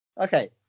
Okay